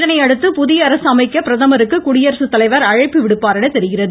இதனையடுத்து புதிய அரசு அமைக்க பிரதமருக்கு குடியரசுத்தலைவர் அழைப்பு விடுப்பார் என தெரிகிறது